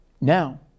Now